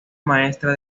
maestra